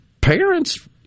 parents